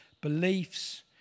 beliefs